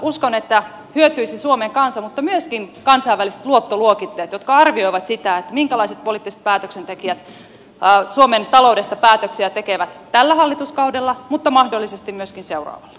uskon että tästä hyötyisi suomen kansa mutta myöskin kansainväliset luottoluokittajat jotka arvioivat sitä minkälaiset poliittiset päätöksentekijät suomen taloudesta päätöksiä tekevät tällä hallituskaudella mutta mahdollisesti myöskin seuraavalla